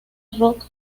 rock